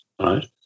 right